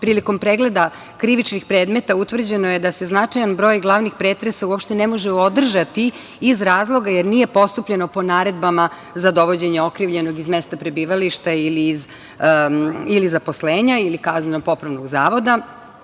prilikom pregleda krivičnih predmeta utvrđeno je da se značajan broj glavnih pretresa uopšte ne može održati iz razloga jer nije postupljeno po naredbama za dovođenje okrivljenog iz mesta prebivališta ili zaposlenja ili kazneno-popravnog zavoda. Takođe,